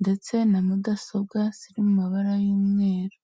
ndetse na mudasobwa ziri mu mabara y'umweru.